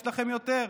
יש לכם יותר.